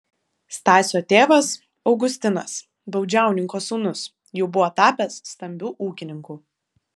stasio tėvas augustinas baudžiauninko sūnus jau buvo tapęs stambiu ūkininku